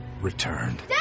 returned